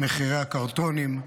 את מחירי הקרטונים,